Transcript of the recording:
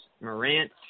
Morant